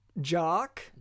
Jock